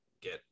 get